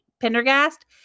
pendergast